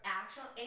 actual